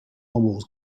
wars